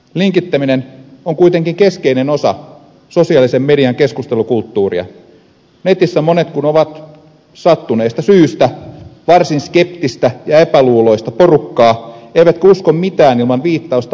linkittäminen on kuitenkin keskeinen osa sosiaalisen median keskustelukulttuuria netissä monet kun ovat sattuneesta syystä varsin skeptistä ja epäluuloista porukkaa eivätkä usko mitään ilman viittausta alkuperäiseen tekstiin